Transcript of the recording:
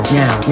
now